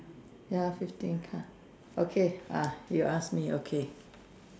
ya fifteen ya okay ask you ask me okay